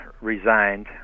resigned